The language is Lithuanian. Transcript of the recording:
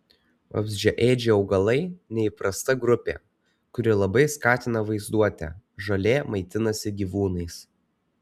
vabzdžiaėdžiai augalai neįprasta grupė kuri labai skatina vaizduotę žolė maitinasi gyvūnais